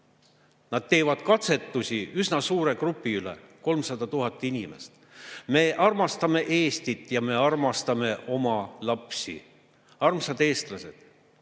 Nad teevad katsetusi üsna suure grupiga, kus on üle 300 000 inimese. Me armastame Eestit ja me armastame oma lapsi. Armsad eestlased!